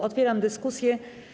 Otwieram dyskusję.